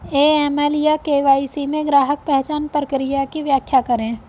AML या KYC में ग्राहक पहचान प्रक्रिया की व्याख्या करें?